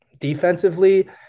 defensively